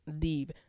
leave